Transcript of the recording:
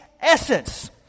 essence